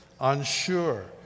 unsure